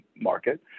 market